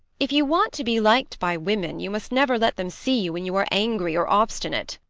if you want to be liked by women you must never let them see you when you are angry or obstinate.